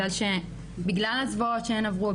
בגלל הזוועות שהן עברו,